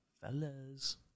Fellas